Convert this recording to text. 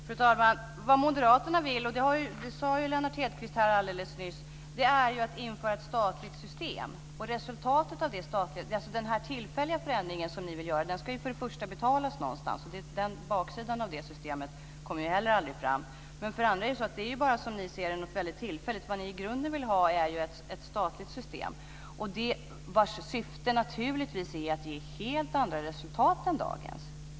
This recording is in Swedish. Fru talman! Vad moderaterna vill - det sade Lennart Hedquist alldeles nyss - är ju att införa ett statligt system. Denna tillfälliga förändring som ni vill göra ska för det första betalas någonstans. Baksidan av det systemet kommer heller aldrig fram. För det andra är det, som ni ser det, något väldigt tillfälligt. Vad ni i grunden vill ha är ett statligt system, vars syfte naturligtvis är att ge helt andra resultat än dagens.